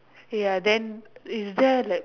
ya then is there like